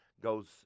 goes